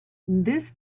this